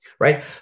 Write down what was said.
right